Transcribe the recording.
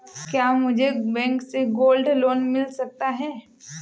क्या मुझे बैंक से गोल्ड लोंन मिल सकता है?